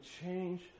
change